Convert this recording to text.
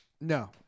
No